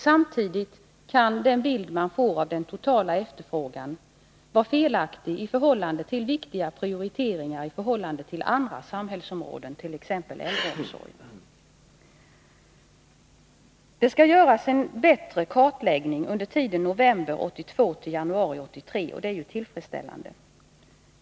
Samtidigt kan den bild man får av den totala efterfrågan vara felaktig i förhållande till viktiga prioriteringar på andra samhällsområden, t.ex. äldreomsorgen. Det skall göras en bättre kartläggning under tiden november 1982-januari 1983, och det är tillfredsställande.